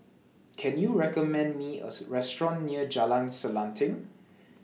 Can YOU recommend Me A Restaurant near Jalan Selanting